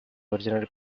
originally